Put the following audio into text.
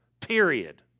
Period